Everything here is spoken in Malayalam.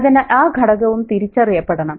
അതിനാൽ ആ ഘടകവും തിരിച്ചറിയപ്പെടണം